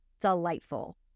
delightful